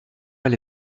elle